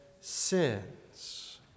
sins